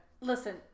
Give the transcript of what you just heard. Listen